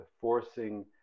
forcing